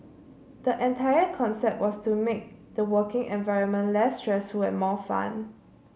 the entire concept was to make the working environment less stressful and more fun